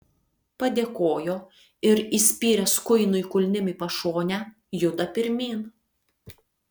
padėkojo ir įspyręs kuinui kulnim į pašonę juda pirmyn